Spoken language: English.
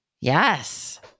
Yes